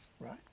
Right